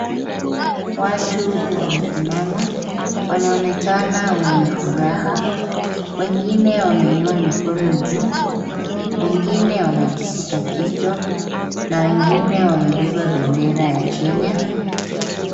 Watu wamesimama. Wanaonekana wenye furaha. Wengine wameinua mikono juu, wengine wamejishika kichwa na wengine wamebeba bendera ya kenya.